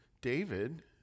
David